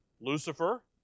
Lucifer